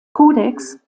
kodex